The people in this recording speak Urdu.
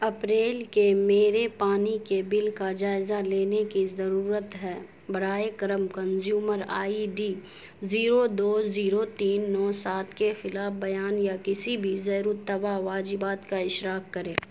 اپریل کے میرے پانی کے بل کا جائزہ لینے کی ضرورت ہے برائے کرم کنجیومر آئی ڈی زیرو دو زیرو تین نو سات کے خلاف بیان یا کسی بھی زیر التوع واجبات کا اشراک کرے